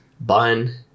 bun